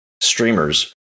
streamers